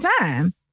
time